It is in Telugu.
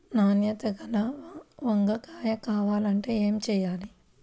నాణ్యత గల వంగ కాయ కావాలంటే ఏమి చెయ్యాలి?